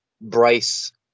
Bryce